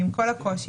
עם כל הקושי,